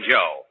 Joe